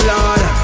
Lord